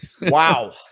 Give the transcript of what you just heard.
wow